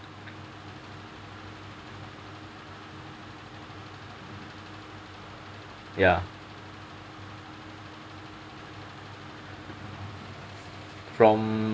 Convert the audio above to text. ya from